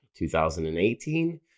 2018